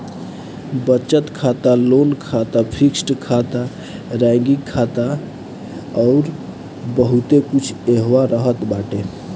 बचत खाता, लोन खाता, फिक्स्ड खाता, रेकरिंग खाता अउर बहुते कुछ एहवा रहत बाटे